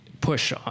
push